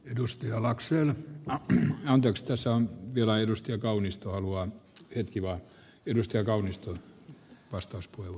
edustaja alaksi on teksteissä on tielaitos ja kaunisto haluaa tinkivat tiivistyä hyvä laki